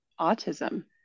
autism